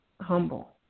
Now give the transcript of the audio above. humble